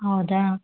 ಹೌದಾ